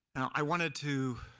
i wanted to